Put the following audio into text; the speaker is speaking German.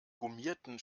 gummierten